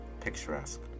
picturesque